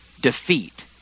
defeat